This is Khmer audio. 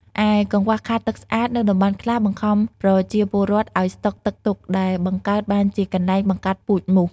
ឯកង្វះខាតទឹកស្អាត នៅតំបន់ខ្លះបង្ខំប្រជាពលរដ្ឋឱ្យស្តុកទឹកទុក ដែលបង្កើតជាកន្លែងបង្កាត់ពូជមូស។